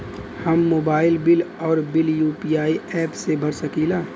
हम mobile bill और bill UPI app से भर सकिला